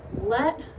let